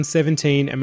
2017